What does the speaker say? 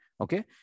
Okay